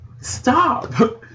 stop